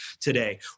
today